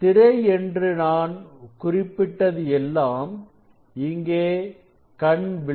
திரை என்று நான் குறிப்பிட்டது எல்லாம் இங்கே கண் வில்லை